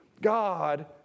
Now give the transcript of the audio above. God